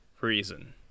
reason